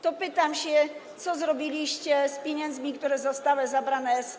To pytam się: Co zrobiliście z pieniędzmi, które zostały zabrane z OFE?